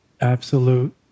absolute